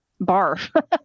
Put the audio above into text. barf